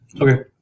okay